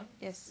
yes